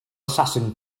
assassin